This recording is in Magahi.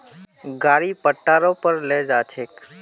गाड़ी पट्टा रो पर ले जा छेक